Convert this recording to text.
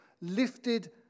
Lifted